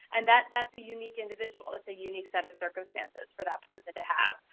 and that's that's a unique individual, that's a unique set of circumstances for that person to have.